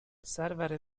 سرور